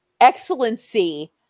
excellency